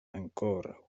ankoraŭ